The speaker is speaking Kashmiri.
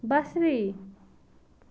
بصری